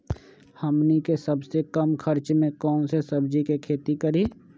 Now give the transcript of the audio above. हमनी के सबसे कम खर्च में कौन से सब्जी के खेती करी?